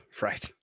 right